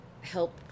Help